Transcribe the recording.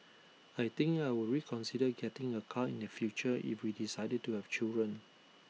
I think I would reconsider getting A car in the future if we decided to have children